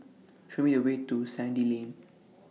Show Me The Way to Sandy Lane